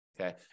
okay